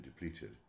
depleted